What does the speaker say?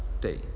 对